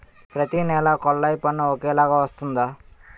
ప్రతి నెల కొల్లాయి పన్ను ఒకలాగే వస్తుందా?